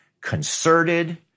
concerted